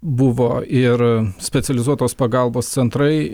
buvo ir specializuotos pagalbos centrai